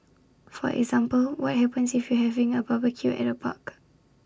for example what happens if you're having A barbecue at A park